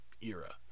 era